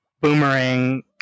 boomerang